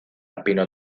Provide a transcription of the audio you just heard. pino